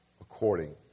according